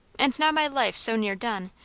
and now my life's so near done,